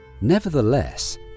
Nevertheless